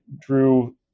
drew